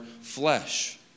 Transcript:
flesh